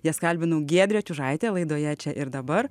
jas kalbinau giedrė čiužaitė laidoje čia ir dabar